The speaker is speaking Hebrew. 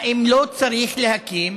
האם לא צריך להקים